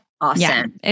Awesome